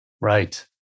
Right